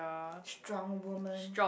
strong women